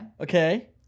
Okay